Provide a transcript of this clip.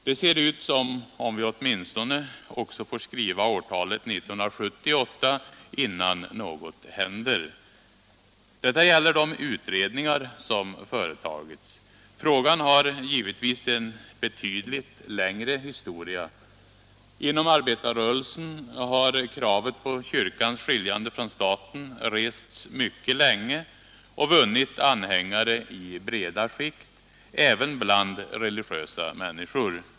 Det ser ut som om vi åtminstone också får skriva årtalet 1978 innan något händer. Detta gäller de utredningar som företagits. Frågan har givetvis en betydligt längre historia. Inom arbetarrörelsen har kravet på kyrkans skiljande från staten rests mycket länge och vunnit anhängare i breda skikt, även bland religiösa människor.